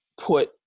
put